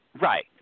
right